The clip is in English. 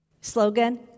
slogan